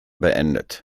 beendet